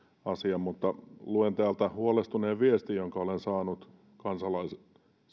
asian luen huolestuneen viestin jonka olen saanut kansalaiselta